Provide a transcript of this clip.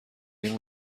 این